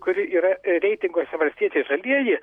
kuri yra reitinguose valstiečiai žalieji